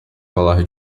falar